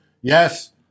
yes